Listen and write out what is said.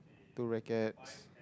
two rackets